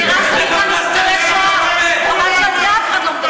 אני קורא אותך לסדר פעם ראשונה.